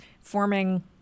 forming